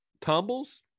tumbles